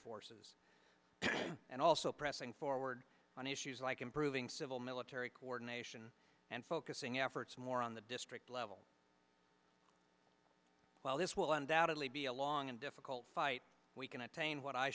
forces and also pressing forward on issues like improving civil military coordination and focusing efforts more on the district level while this will undoubtedly be a long and difficult fight we can attain what i